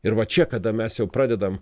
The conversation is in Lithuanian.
ir va čia kada mes jau pradedam